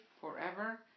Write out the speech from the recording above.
forever